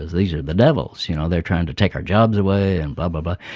these are the devils, you know. they're trying to take our jobs away and blah, but